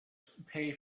pay